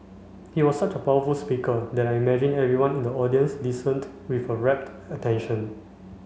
he was such a powerful speaker that I imagine everyone in the audience listened with a rapt attention